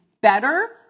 better